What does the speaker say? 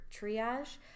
triage